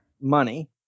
money